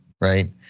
right